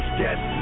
death